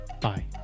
bye